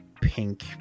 pink